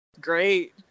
great